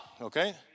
okay